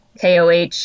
KOH